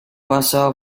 basado